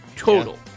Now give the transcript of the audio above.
Total